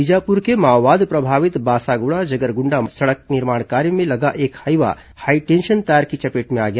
बीजापुर के माओवाद प्रभावित बासागुड़ा जगरगुंडा सड़क निर्माण कार्य में लगा एक हाईवा हाईटेंशन तार की चपेट में आ गया